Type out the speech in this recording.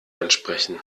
ansprechen